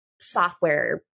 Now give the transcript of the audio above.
software